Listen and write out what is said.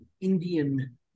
Indian